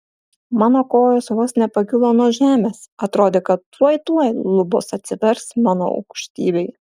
mano kojos vos nepakilo nuo žemės atrodė kad tuoj tuoj lubos atsivers mano aukštybei